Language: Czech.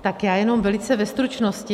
Tak já jenom velice ve stručnosti.